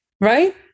Right